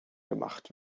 gemacht